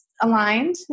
aligned